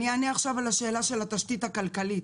אני אענה עכשיו על השאלה של התשתית הכלכלית.